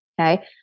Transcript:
Okay